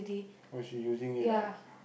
oh she using it ah